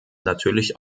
natürlich